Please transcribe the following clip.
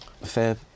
fair